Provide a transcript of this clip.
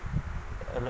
a